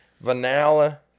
Vanilla